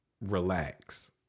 Relax